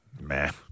Man